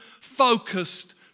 focused